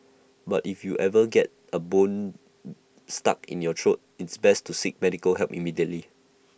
but if you ever get A bone stuck in your throat it's best to seek medical help immediately